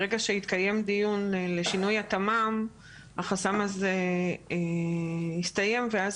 ברגע שהתקיים דיון לשינוי התמ"מ החסם הזה יסתיים ואז